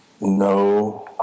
No